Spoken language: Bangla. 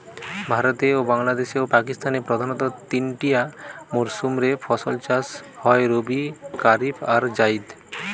ভারতে, বাংলাদেশে ও পাকিস্তানে প্রধানতঃ তিনটিয়া মরসুম রে ফসল চাষ হয় রবি, কারিফ আর জাইদ